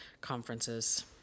Conferences